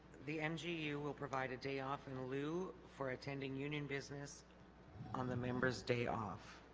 the mgu will provide a day off in lieu for attending union business on the members day off